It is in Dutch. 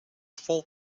vol